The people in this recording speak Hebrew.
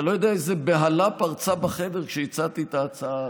אתה לא יודע איזו בהלה פרצה בחדר כשהצעתי את ההצעה הזאת.